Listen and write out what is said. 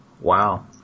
Wow